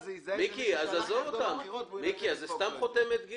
הם סתם חותמת גומי.